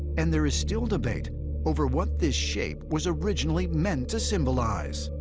and there is still debate over what this shape was originally meant to symbolize.